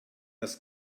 das